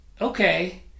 okay